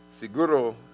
seguro